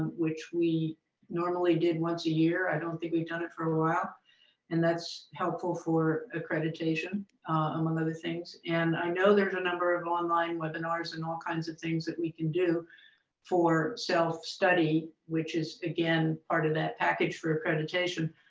which we normally did once a year. i don't think we've done it for a while and that's helpful for accreditation among other things, and i know there's a number of online webinars and all kinds of things that we can do for self-study which is, again, part of that package for accreditation.